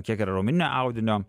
kiek yra raumeninio audinio